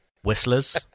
Whistlers